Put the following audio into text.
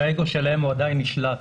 שהאגו שלהם הוא עדיין נשלט.